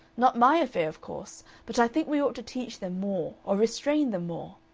not my affair, of course, but i think we ought to teach them more or restrain them more.